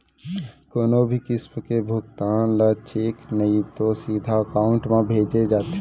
कोनो भी किसम के भुगतान ल चेक नइ तो सीधा एकाउंट म भेजे जाथे